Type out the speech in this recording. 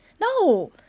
no